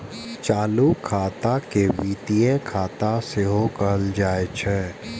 चालू खाता के वित्तीय खाता सेहो कहल जाइ छै